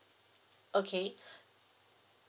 okay